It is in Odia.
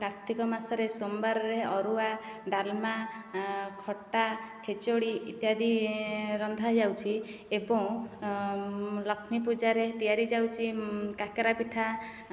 କାର୍ତ୍ତିକ ମାସରେ ସୋମବାରରେ ଅରୁଆ ଡାଲମା ଖଟା ଖେଚୋଡ଼ି ଇତ୍ୟାଦି ରନ୍ଧାଯାଉଛି ଏବଂ ଲକ୍ଷ୍ମୀ ପୂଜାରେ ତିଆରି ଯାଉଛି କାକେରା ପିଠା